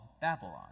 Babylon